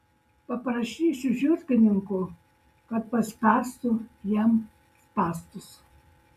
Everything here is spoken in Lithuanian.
paprašysiu žiurkininkų kad paspęstų jam spąstus